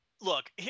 Look